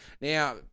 Now